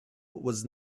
was